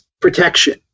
protection